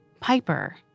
Piper